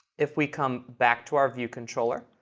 if we come back to our view controller,